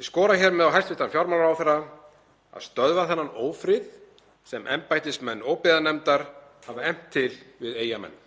Ég skora hér með á hæstv. fjármálaráðherra að stöðva þennan ófrið sem embættismenn óbyggðanefndar hafa efnt til við Eyjamenn.